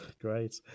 Great